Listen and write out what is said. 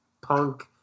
Punk